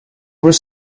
were